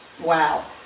Wow